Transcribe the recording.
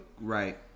right